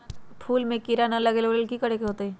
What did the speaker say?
फूल में किरा ना लगे ओ लेल कि करे के होतई?